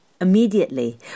Immediately